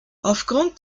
aufgrund